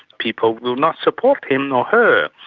people will not support him or her.